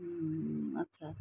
अच्छा